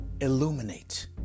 illuminate